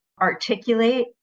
articulate